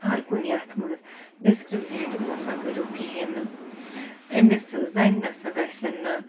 ہَر کُنہِ یتھ مَنٛز ڈِسکرٛمنیٹ مَسا کٔرِو کِہیٖنٛۍ نہٕ أمِس زَنہِ نَسا گَژھِ نہٕ